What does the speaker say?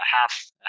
half